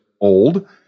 old